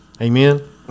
Amen